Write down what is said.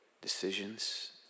decisions